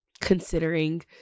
considering